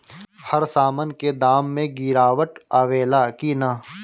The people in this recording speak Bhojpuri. हर सामन के दाम मे गीरावट आवेला कि न?